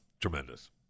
tremendous